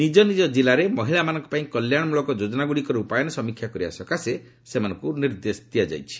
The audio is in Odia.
ନିଜନିଜ ଜିଲ୍ଲାରେ ମହିଳାମାନଙ୍କ ପାଇଁ କଲ୍ୟାଣମୂଳକ ଯୋଜନାଗୁଡ଼ିକର ରୂପାୟନ ସମୀକ୍ଷା କରିବା ସକାଶେ ସେମାନଙ୍କୁ ନିର୍ଦ୍ଦେଶ ଦିଆଯାଇଛି